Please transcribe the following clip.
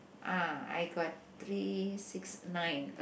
ah I got three six nine